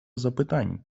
запитань